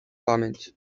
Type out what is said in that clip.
pamięć